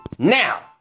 Now